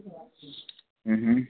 हूं हूं